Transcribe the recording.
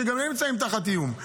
שגם הם נמצאים תחת איום.